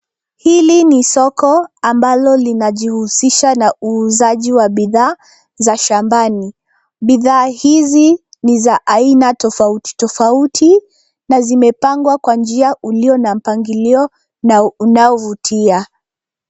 Hili ni soko ambalo linajihusisha na uuzaji wa bidhaa za shambani. Bidhaa hizi ni za aina tofauti tofauti na zimepangwa kwa njia ulio na mpangilio na unaovutia.